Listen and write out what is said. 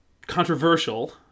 controversial